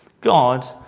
God